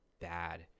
bad